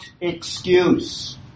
excuse